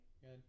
Good